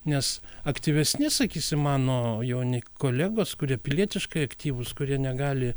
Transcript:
nes aktyvesni sakysim mano jauni kolegos kurie pilietiškai aktyvūs kurie negali